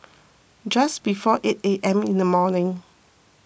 just before eight A M in the morning